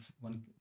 one